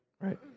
right